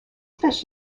fish